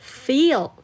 feel